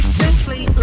simply